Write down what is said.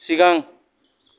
सिगां